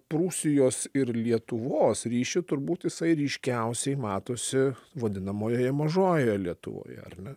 prūsijos ir lietuvos ryšį turbūt jisai ryškiausiai matosi vadinamojoje mažojoje lietuvoje ar ne